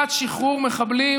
חברים,